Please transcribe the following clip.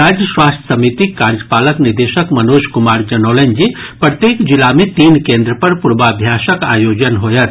राज्य स्वास्थ्य समितिक कार्यपालक निदेशक मनोज कुमार जनौलनि जे प्रत्येक जिला मे तीन केन्द्र पर पूर्वाभ्यासक आयोजन होयत